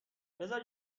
بزار